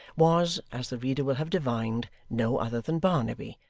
was, as the reader will have divined, no other than barnaby,